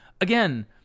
Again